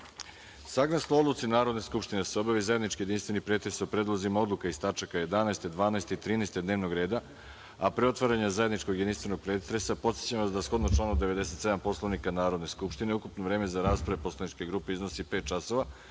odluci Narodne skupštine da se obavi zajednički jedinstveni pretres o predlozima odluka iz tačaka 11, 12. i 13. dnevnog reda, a pre otvaranja zajedničkog jedinstvenog pretresa, podsećam vas da shodno članu 97. Poslovnika Narodne skupštine, ukupno vreme rasprave za poslaničke grupe iznosi pet časova,